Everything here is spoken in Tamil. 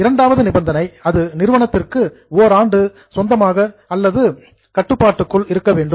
இரண்டாவது நிபந்தனை அது என்டிட்டி நிறுவனத்திற்கு ஓண்டு சொந்தமானதாக அல்லது கண்ட்ரோல்டு கட்டுப்பாட்டுக்குள் இருக்க வேண்டும்